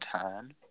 turn